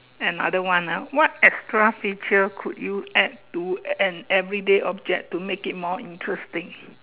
another one ah what extra feature could you add to an everyday object to make it more interesting